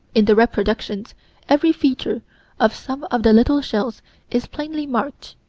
in the reproductions every feature of some of the little shells is plainly marked.